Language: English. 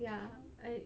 ya I